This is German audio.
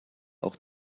auch